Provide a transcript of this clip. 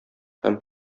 һәм